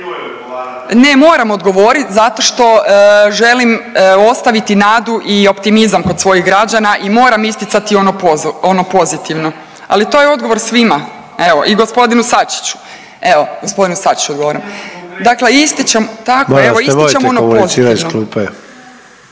Ne, moram odgovorit zato što želim ostaviti nadu i optimizam kod svojih građana i moram isticati ono pozitivno, ali to je odgovor svima. Evo i gospodinu Sačiću. Evo, gospodinu Sačiću odgovaram. …/Upadica se ne razumije./…